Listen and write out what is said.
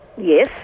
yes